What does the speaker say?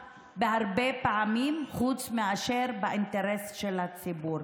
שהרבה פעמים לא קשורה למשהו אחר חוץ מהאינטרס של הציבור.